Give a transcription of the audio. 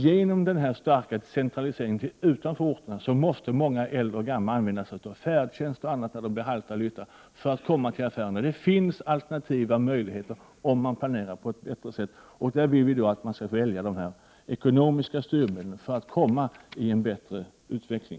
Genom denna starka centralisering till platser utanför orterna måste många äldre och gamla, när de blir halta och lytta, använda sig av t.ex. färdtjänst för att komma till affären. Det finns alternativa möjligheter, om man planerar på ett bättre sätt. Vi vill att man skall välja ekonomiska styrmedel för att få en bättre utveckling.